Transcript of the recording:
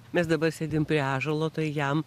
mes dabar sėdim prie ąžuolo tai jam